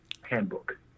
handbook